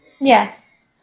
Yes